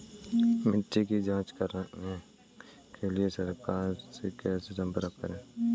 मिट्टी की जांच कराने के लिए सरकार से कैसे संपर्क करें?